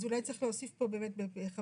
אז אולי צריך להוסיף פה באמת ב-(5)